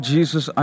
Jesus